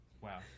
Wow